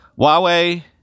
Huawei